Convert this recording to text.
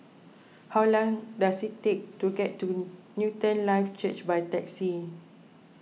how long does it take to get to Newton Life Church by taxi